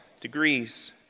degrees